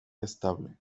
estable